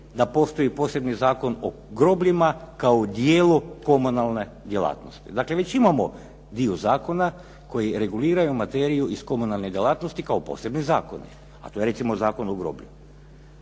da postoji posebni Zakon o grobljima kao dijelu komunalne djelatnosti. Dakle, već imamo dio zakona koji reguliraju materiju iz komunalne djelatnosti kao posebne zakone, a to je recimo Zakon o groblju.